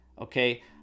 okay